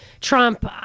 trump